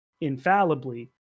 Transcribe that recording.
infallibly